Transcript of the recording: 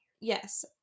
yes